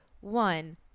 one